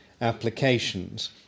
applications